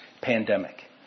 pandemic